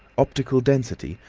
optical density!